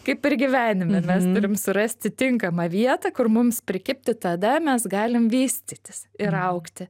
kaip ir gyvenime mes turim surasti tinkamą vietą kur mums prikibti tada mes galim vystytis ir augti